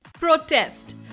protest